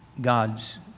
God's